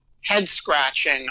head-scratching